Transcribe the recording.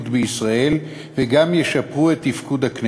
ואשר לטעמי יגבירו את המשילות בישראל וגם ישפרו את תפקוד הכנסת,